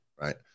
Right